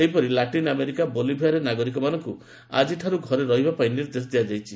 ସେହିପରି Latin America ବୋଲିଭିଆରେ ନାଗରିକମାନଙ୍କୁ ଆଜିଠାରୁ ଘରେ ରହିବାପାଇଁ ନିର୍ଦ୍ଦେଶ ଦିଆଯାଇଛି